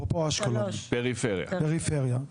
פריפריה.